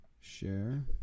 Share